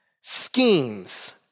schemes